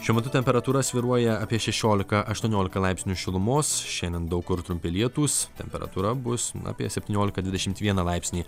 šiuo metu temperatūra svyruoja apie šešiolika aštuoniolika laipsnių šilumos šiandien daug kur trumpi lietūs temperatūra bus apie septyniolika dvidešimt vieną laipsnį